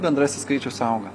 bendrasis skaičius auga